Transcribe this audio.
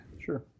sure